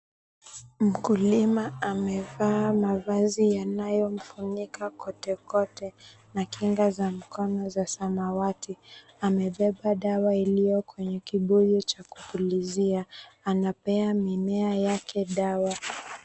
Mkulima amevaa mavazi yanayomfunika kotekote na kinga za mkono za samawati. Amebeba dawa iliyo kwenye kibuyu cha kupulizia. Anapea mimea yake dawa.